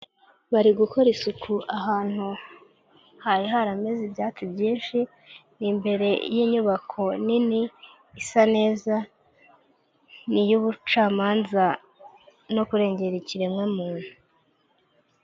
Bari gukora isuku ahantu hari harameze ibyatsi byinshi imbere y'inyubako nini isa neza n'iy'ubucamanza no kurengera ikiremwamuntu.